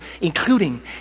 including